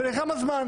ולכמה זמן?